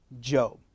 Job